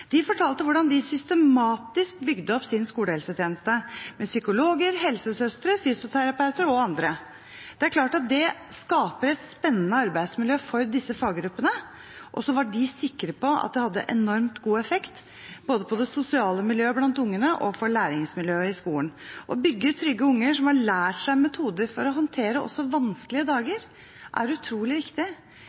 De fortalte hvordan de systematisk bygde opp sin skolehelsetjeneste med psykologer, helsesøstre, fysioterapeuter og andre. Det er klart at det skaper et spennende arbeidsmiljø for disse faggruppene. Og så var de sikre på at det hadde enormt god effekt, både på det sosiale miljøet blant ungene og på læringsmiljøet i skolen. Å bygge trygge unger, som har lært seg metoder for å håndtere også vanskelige dager, er utrolig viktig.